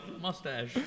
mustache